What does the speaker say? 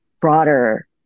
broader